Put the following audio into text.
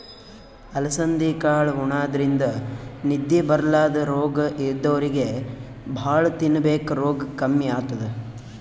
ಅಲಸಂದಿ ಕಾಳ್ ಉಣಾದ್ರಿನ್ದ ನಿದ್ದಿ ಬರ್ಲಾದ್ ರೋಗ್ ಇದ್ದೋರಿಗ್ ಭಾಳ್ ತಿನ್ಬೇಕ್ ರೋಗ್ ಕಮ್ಮಿ ಆತದ್